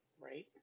right